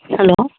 hello